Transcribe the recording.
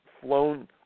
flown